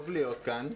טוב להיות כאן.